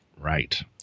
Right